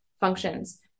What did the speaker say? functions